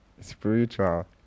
Spiritual